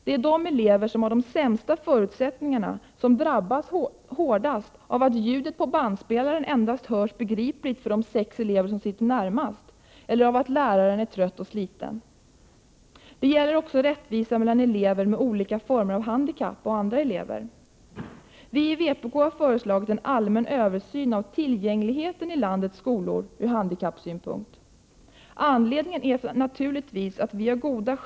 Det är de elever som har de sämsta förutsättningarna som drabbas hårdast av att ljudet på bandspelaren endast hörs begripligt för de sex elever som sitter närmast eller av att läraren är trött och sliten. Det gäller även rättvisa mellan elever med olika former av handikapp och andra elever. Vi i vpk har föreslagit en allmän översyn av tillgängligheten i landets skolor ur handikappsynpunkt. Anledningen är naturligtvis att vi har goda skäl att Prot.